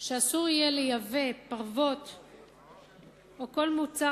שאסור יהיה לייבא פרוות או כל מוצר